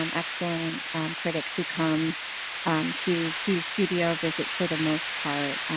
um excellent um critics who come to do studio visits for the most part,